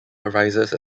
arises